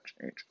change